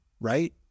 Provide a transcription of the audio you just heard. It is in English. right